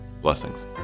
Blessings